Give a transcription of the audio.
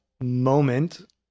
moment